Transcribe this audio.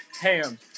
Ham